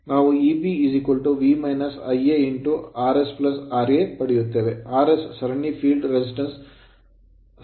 ಆದ್ದರಿಂದ ನಾವು Eb V Ia RS ra ಪಡೆಯುತ್ತೇವೆ RS ಸರಣಿ field resistance ಕ್ಷೇತ್ರ ಪ್ರತಿರೋಧವಾಗಿದೆ